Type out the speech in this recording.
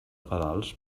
pedals